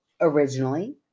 originally